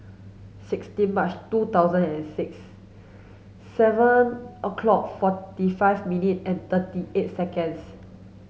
sixteen March two thousand and six seven o'clock forty five minute and thirty eight seconds